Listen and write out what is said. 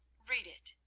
read it,